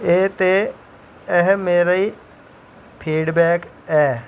ऐ ते एह् मेरी फीडबैक ऐ